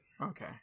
Okay